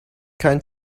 kein